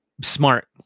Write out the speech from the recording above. smart